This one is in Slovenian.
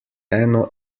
eno